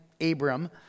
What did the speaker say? Abram